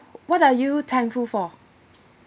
what are you thankful for